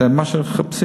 זה מה שמחפשים?